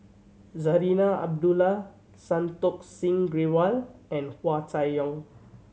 Zarinah Abdullah Santokh Singh Grewal and Hua Chai Yong